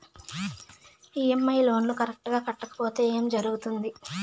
EMI loan correct గా కట్టకపోతే ఏం జరుగుతుంది